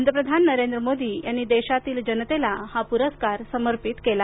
पंतप्रधान नरेंद्र मोदी यांनी देशातील जनतेला हा पुरस्कार समर्पित केला